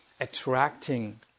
attracting